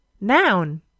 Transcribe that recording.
Noun